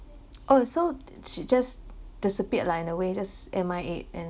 oh so did she just disappeared lah in a way just M_I_A and